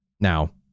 Now